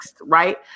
right